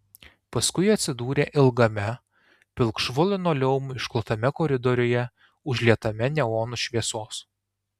paskui atsidūrė ilgame pilkšvu linoleumu išklotame koridoriuje užlietame neonų šviesos